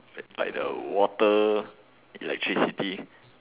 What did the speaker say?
like the water electricity